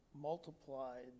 multiplied